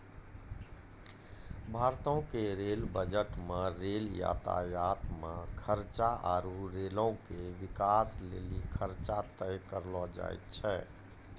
भारतो के रेल बजटो मे रेल यातायात मे खर्चा आरु रेलो के बिकास लेली खर्चा तय करलो जाय छै